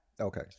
Okay